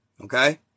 Okay